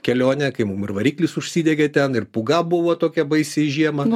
kelionę kai mum ir variklis užsidegė ten ir pūga buvo tokia baisi žiemą